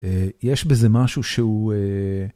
יש בזה משהו שהוא.